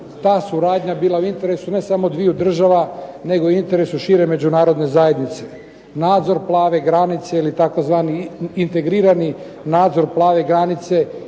ta suradnja bila u interesu ne samo dviju država nego i u interesu šire međunarodne zajednice. Nadzor "plave granice" ili tzv. integrirani nadzor "plave granice"